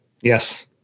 Yes